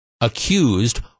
accused